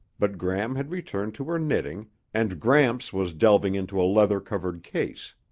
but gram had returned to her knitting and gramps was delving into a leather-covered case.